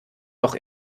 doch